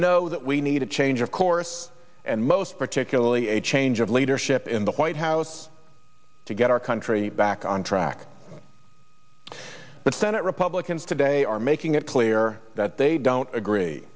know that we need a change of course and most particularly a change of leadership in the white house to get our country back on track but senate republicans today are making it clear that they don't agree